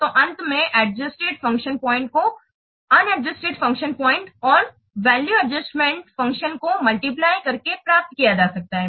तो अंत में अडजस्टेड फ़ंक्शन पॉइंट को अननादजूस्टेड फ़ंक्शन पॉइंट और वैल्यू एडजस्टमेंट फैक्टर्स को मल्टीप्लय करके प्राप्त किया जा सकता है